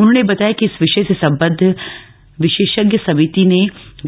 उन्होंने बताया कि इस विषय से संबंद्व विशेषज्ञ समिति ने